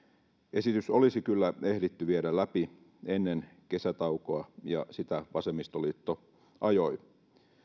esitys olisi kyllä ehditty viedä läpi ennen kesätaukoa ja sitä vasemmistoliitto ajoi